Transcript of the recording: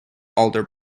alder